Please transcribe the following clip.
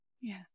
Yes